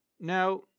Now